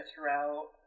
throughout